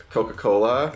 Coca-Cola